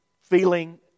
feeling